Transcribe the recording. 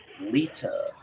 Lita